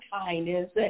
kindness